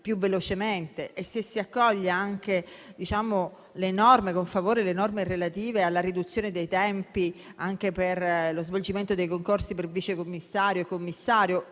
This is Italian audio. più velocemente. Si accolgono anche con favore, le norme relative alla riduzione dei tempi per lo svolgimento dei concorsi per vice commissario e commissario,